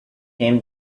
came